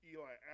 Eli